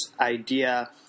idea